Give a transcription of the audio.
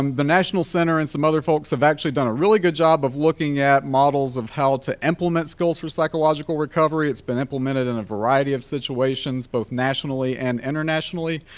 um the national center and some other folks have actually done a really good job of looking at models of how to implement skills for psychological recovery. it's been implemented in a variety of situations both nationally and internationally,